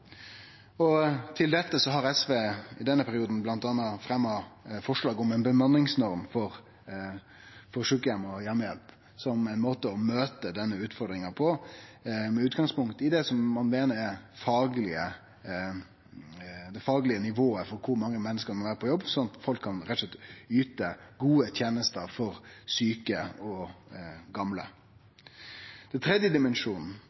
arbeidsdagen. Til dette har SV i denne perioden bl.a. fremja forslag om ei bemanningsnorm for sjukeheimar og heimehjelp, som ein måte å møte denne utfordringa på, med utgangspunkt i det som ein meiner er det faglege nivået for kor mange menneske det må vere på jobb, for at folk rett og slett skal kunne yte gode tenester til sjuke og gamle. Den tredje dimensjonen,